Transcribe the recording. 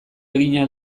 egina